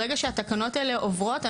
ברגע שהתקנות האלה עוברות,